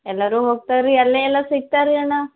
ಎಲ್ಲರೂ ಹೋಗ್ತಾರೆ ರೀ ಅಲ್ಲೇ ಎಲ್ಲ ಸಿಕ್ತಾರೆ ರೀ ಅಣ್ಣ